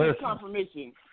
confirmation